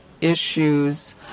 issues